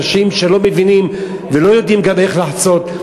אנשים שלא מבינים ולא יודעים איך לחצות.